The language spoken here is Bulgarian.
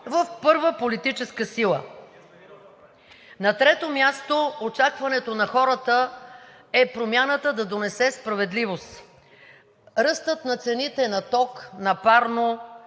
в първа политическа сила. На трето място, очакването на хората е промяната да донесе справедливост. Ръстът на цените на ток, на парно,